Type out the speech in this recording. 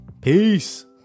Peace